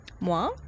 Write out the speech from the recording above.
Moi